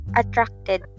attracted